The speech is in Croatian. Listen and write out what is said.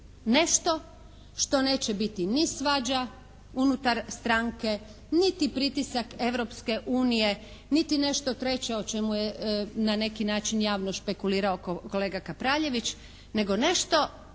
nešto što neće biti ni svađa unutar stranke, niti pritisak Europske unije, niti nešto treće o čemu je na neki način javno špekulirao kolega Kapraljević, nego nešto